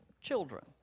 children